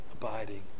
abiding